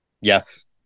Yes